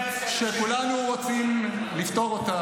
לא בתי הכנסת,